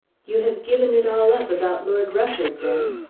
you have given it all up about lord rufford then?